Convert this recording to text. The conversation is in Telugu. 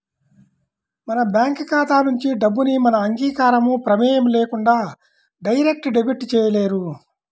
మన బ్యేంకు ఖాతా నుంచి డబ్బుని మన అంగీకారం, ప్రమేయం లేకుండా డైరెక్ట్ డెబిట్ చేయలేరు